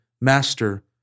Master